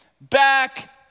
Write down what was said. back